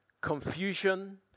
confusion